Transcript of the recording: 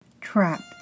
Trapped